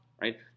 right